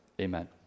amen